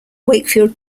wakefield